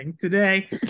Today